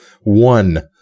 One